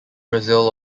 brazil